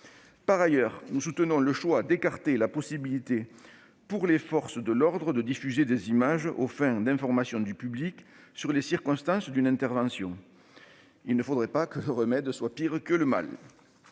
Par ailleurs, nous soutenons le choix d'écarter la possibilité offerte aux forces de l'ordre de diffuser des images aux fins d'information du public sur les circonstances d'une intervention. Il ne faudrait pas que le remède soit pire que le mal.